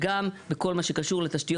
גם לומר שמצאתי שיש פגיעה בכל מה שקשור לצווי